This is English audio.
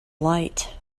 light